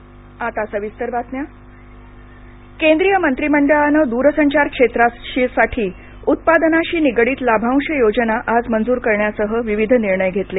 केंद्रीय मंत्रिमंडळ केंद्रीय मंत्रीमंडळानं द्रसंचार क्षेत्रासाठी उत्पादनाशी निगडित लाभांश योजना आज मंजुर करण्यासह विविध निर्णय घेतले